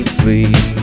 please